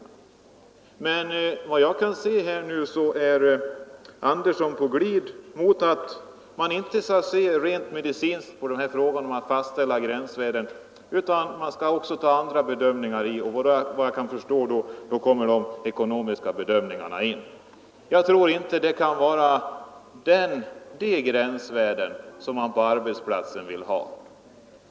Men efter vad jag kan se är herr Andersson på glid mot att inte bara se rent medicinskt på frågan om att fastställa gränsvärden utan också mot att ta hänsyn till andra synpunkter och då kommer, efter vad jag kan förstå, de ekonomiska bedömningarna in i bilden. Jag tror inte det är sådana gränsvärden man vill ha på arbetsplatserna.